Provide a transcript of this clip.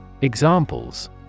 Examples